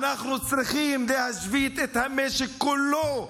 אנחנו צריכים להשבית את המשק כולו,